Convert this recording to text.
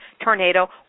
tornado